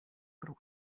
brot